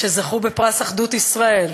שזכו בפרס אחדות ישראל,